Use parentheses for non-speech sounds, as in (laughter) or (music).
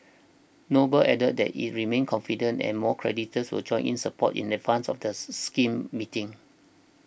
noble added that it remains confident and more creditors will join in support in advance of the (unintelligible) scheme meetings